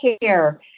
care